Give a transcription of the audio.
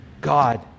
God